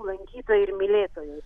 lankytojai ir mylėtojai